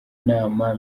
nama